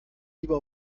lieber